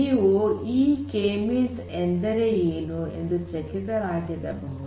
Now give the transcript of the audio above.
ನೀವು ಈ K means ಎಂದರೆ ಏನು ಎಂದು ಚಕಿತರಾಗಿರಬಹುದು